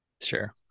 Sure